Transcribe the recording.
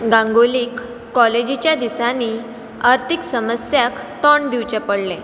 गांगुलीक कॉलेजीच्या दिसांनी अर्थीक समस्यांक तोंड दिवचें पडलें